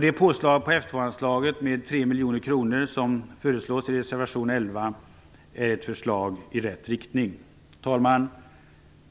Det påslag på F 2-anslaget med 3 miljoner kronor som föreslås i reservation 11 är ett förslag i rätt riktning. Herr talman!